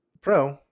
Pro